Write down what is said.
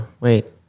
wait